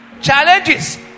Challenges